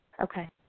Okay